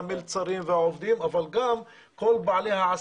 מלצרים והעובדים אבל גם כל בעלי העסקים,